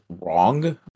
wrong